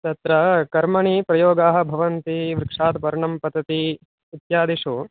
तत्र कर्मणि प्रयोगाः भवन्ति वृक्षात् पर्णं पतति इत्यादिषु